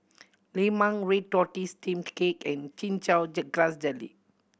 Lemang red tortoise steamed cake and Chin Chow grass jelly